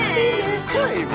Hey